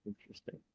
interesting